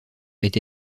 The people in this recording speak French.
est